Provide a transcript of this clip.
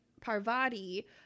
Parvati